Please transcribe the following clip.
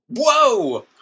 Whoa